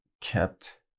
kept